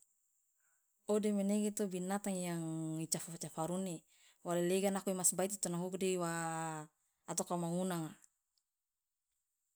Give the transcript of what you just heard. Ode manege to binatang icafa cafarune wo lelega nako imasbaiti tonakuku de wa ato kawoma ngunanga.